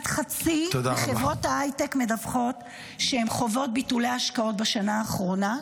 כמעט חצי מחברות ההייטק מדווחות שהן חוות ביטולי השקעות בשנה האחרונה,